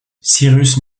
cyrus